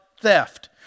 theft